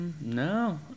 No